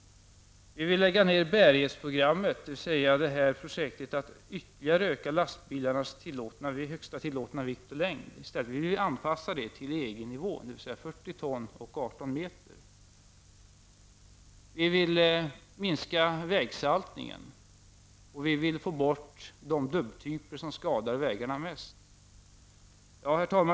Dessutom vill vi lägga ned bärighetsprogrammet, dvs. projektet att ytterligare öka lastbilarnas tillåtna längd och vikt. Vi vill göra en anpassning till EG-nivån, dvs. fyrtio ton och arton meter. Vi vill också minska vägsaltningen och få bort de dubbtyper som skadar vägarna mest. Herr talman!